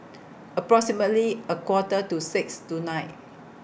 approximately A Quarter to six tonight